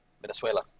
Venezuela